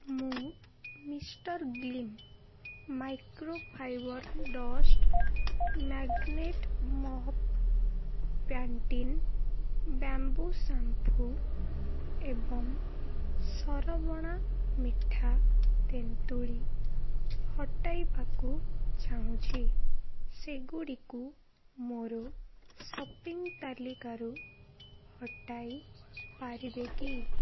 ମୁଁ mister Glim microfibre dust magnet mop Pantene bamboo shampoo ଏବଂ ସରବଣା ମିଠା ତେନ୍ତୁଳି ହଟାଇବାକୁ ଚାହୁଁଛି ସେଗୁଡ଼ିକୁ ମୋର ସପିଂ ତାଲିକାରୁ ହଟାଇ ପାରିବେ କି